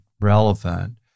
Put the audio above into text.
relevant